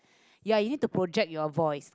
ya you need to project your voice